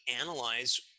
analyze